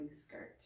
skirt